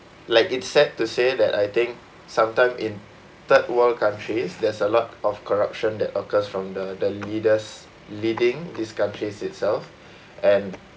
like it's sad to say that I think sometime in third world countries there's a lot of corruption that occurs from the the leaders leading these countries itself and